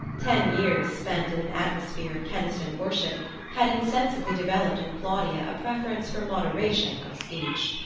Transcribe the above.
ten years spent in an atmosphere of keniston-worship had insensibly developed in claudia a preference for moderation of speech.